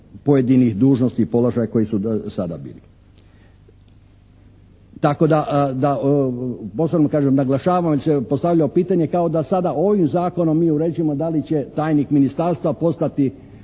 pojedinih dužnosti i položaja koji su do sada bili. Tako da posebno kažem, naglašava se, postavljamo pitanje kao da sada ovim zakonom mi uređujemo da li će tajnik ministarstva postati